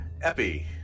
epi